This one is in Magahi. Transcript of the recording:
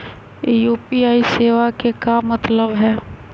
यू.पी.आई सेवा के का मतलब है?